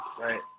right